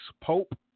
Pope